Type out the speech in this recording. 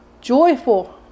Joyful